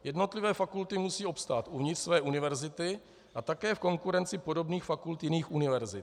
Jednotlivé fakulty musí obstát uvnitř své univerzity a také v konkurenci podobných fakult jiných univerzit.